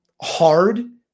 hard